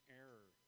error